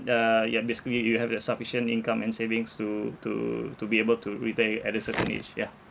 uh ya basically you have the sufficient income and savings to to to be able to retire at a certain age yeah